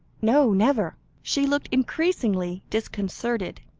no never. she looked increasingly disconcerted,